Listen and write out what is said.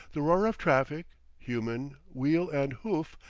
the roar of traffic, human, wheel and hoof,